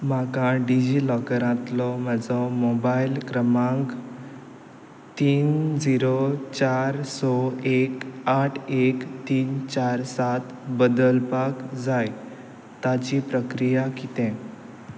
म्हाका डिजी लॉकरांतलो म्हजो मोबायल क्रमांक तीन झिरो चार स एक आठ एक तीन चार सात बदलपाक जाय ताची प्रक्रिया कितें